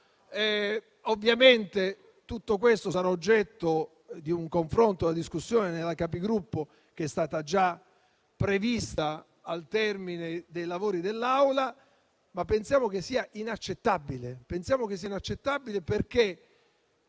Ovviamente tutto questo sarà oggetto di un confronto e di una discussione nella Conferenza dei Capigruppo, che è stata già prevista al termine dei lavori dell'Aula, ma pensiamo che sia inaccettabile.